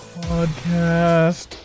podcast